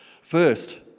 First